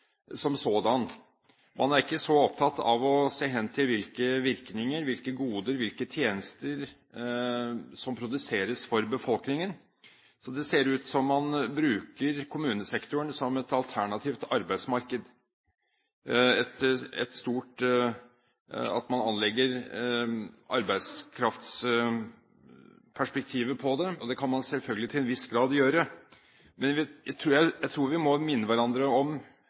som sådan. Man er ikke så opptatt av å se hen til hvilke virkninger, hvilke goder, hvilke tjenester som produseres for befolkningen. Så det ser ut som om man bruker kommunesektoren som et alternativt arbeidsmarked, at man anlegger arbeidskraftperspektivet på det. Det kan man selvfølgelig til en viss grad gjøre, men jeg tror vi i denne sal må minne hverandre om